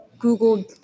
Google